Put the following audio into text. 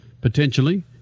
potentially